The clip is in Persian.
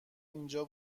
اینجا